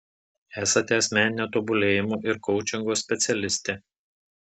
esate asmeninio tobulėjimo ir koučingo specialistė